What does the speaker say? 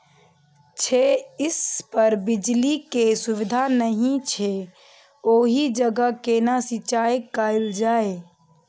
छै इस पर बिजली के सुविधा नहिं छै ओहि जगह केना सिंचाई कायल जाय?